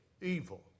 evil